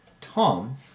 Tom